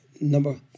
number